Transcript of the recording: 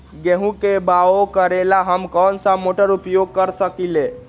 गेंहू के बाओ करेला हम कौन सा मोटर उपयोग कर सकींले?